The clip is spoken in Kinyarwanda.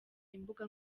imbuga